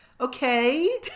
Okay